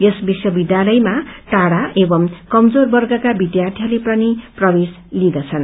यस विश्वविद्यालयमा टाढा एवं कमजोर वर्गका विद्यार्थीहरूले पनि प्रवेश लिर्देछन्